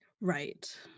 Right